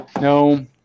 No